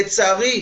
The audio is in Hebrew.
לצערי,